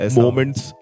moments